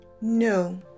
No